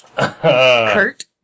Kurt